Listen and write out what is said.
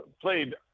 played